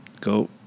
Go